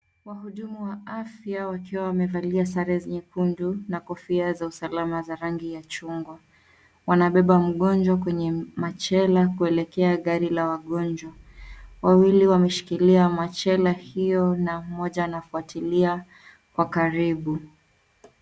Wahudumu wa afya wakiwa wamevalia sare nyekundu na kofia za usalama za rangi ya machungwa. Wanabeba mgonjwa kwenye machela kuelekea gari la wagonjwa. Wawili wameshikilia machela hio na mmoja anafuatilia kwa karibu.